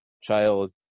child